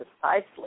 precisely